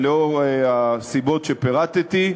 ולנוכח הסיבות שפירטתי,